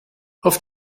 auf